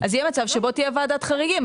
אז יהיה מצב שבו תהיה ועדת חריגים.